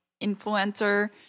influencer